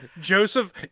Joseph